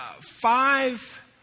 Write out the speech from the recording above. five